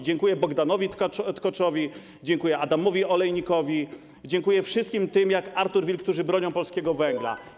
Dziękuję Bogdanowi Tkoczowi, dziękuję Adamowi Olejnikowi, dziękuję wszystkim tym, którzy jak Artur Wilk bronią polskiego węgla.